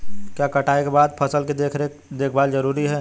क्या कटाई के बाद फसल की देखभाल जरूरी है?